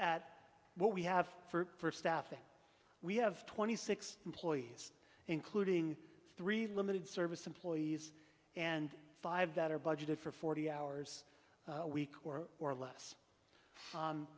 at what we have for staffing we have twenty six employees including three limited service employees and five that are budgeted for forty hours a week or more or less